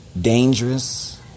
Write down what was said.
dangerous